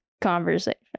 conversation